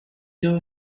two